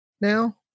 now